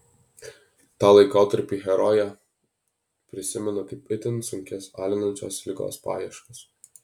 tą laikotarpį herojė prisimena kaip itin sunkias alinančios ligos paieškas